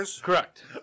Correct